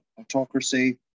autocracy